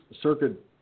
Circuit